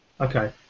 Okay